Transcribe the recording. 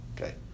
Okay